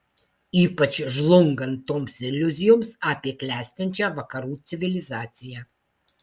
ypač žlungant toms iliuzijoms apie klestinčią vakarų civilizaciją